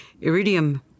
Iridium